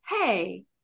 hey